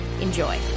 enjoy